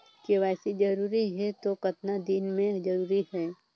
KYC जरूरी हे तो कतना दिन मे जरूरी है?